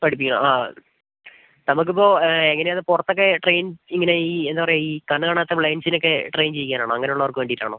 പഠിപ്പിക്കാം ആ നമുക്ക് ഇപ്പോൾ എങ്ങനെയാണ് പുറത്തൊക്കെ ട്രെയിൻ ഇങ്ങനെ ഈ എന്താണ് പറയുക ഈ കണ്ണ് കാണാത്ത ബ്ലൈൻഡ്സിനൊക്കെ ട്രെയിൻ ചെയ്യിക്കാനാണോ അങ്ങനെ ഉള്ളവർക്ക് വേണ്ടിയിട്ടാണോ